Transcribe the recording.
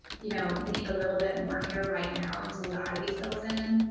you know, we need a little bit more here right now until the ivy fills in,